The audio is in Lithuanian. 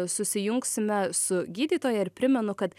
susijungsime su gydytoja ir primenu kad